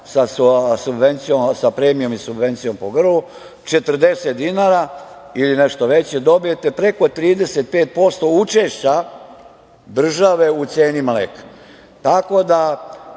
sa premijom i subvencijom po grlu 40 dinara ili nešto veća, dobijete po 35% učešća države u ceni mleka.